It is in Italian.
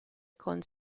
con